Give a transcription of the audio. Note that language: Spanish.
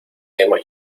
hemos